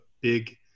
big